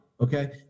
okay